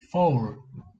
four